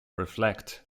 reflect